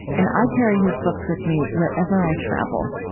and i carry his books with me wherever i travel.